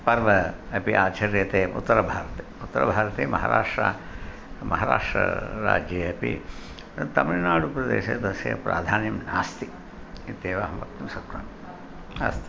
पर्वम् अपि आचर्यते उत्तरभारते उत्तरभारते महाराष्ट्र महराष्ट्रराज्ये अपि तमिल्नाडुप्रदेशे तस्य प्राधान्यं नास्ति इत्येव अहं वक्तुं शक्नोमि अस्तु